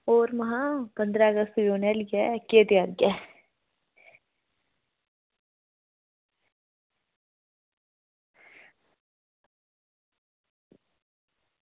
होर महां पंदरां अगस्त बी औने आह्ली ऐ केह् त्यारी ऐ